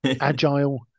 agile